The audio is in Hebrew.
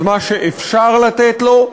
את מה שאפשר לתת לו,